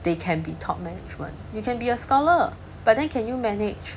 they can be taught management you can be a scholar but then can you manage